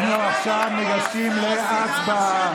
אנחנו עכשיו ניגשים להצבעה.